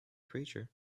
creature